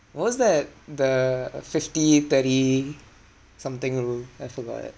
was that the fifty thirty something rule I forgot